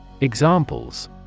Examples